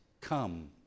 come